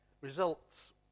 results